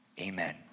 Amen